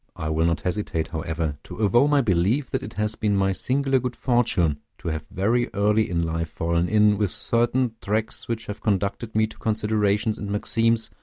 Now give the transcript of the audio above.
i will not hesitate, however, to avow my belief that it has been my singular good fortune to have very early in life fallen in with certain tracks which have conducted me to considerations and maxims,